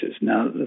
Now